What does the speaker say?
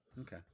Okay